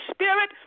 Spirit